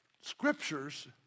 scriptures